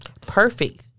Perfect